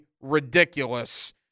ridiculous